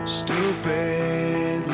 stupid